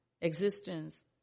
existence